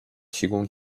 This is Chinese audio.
提供